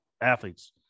athletes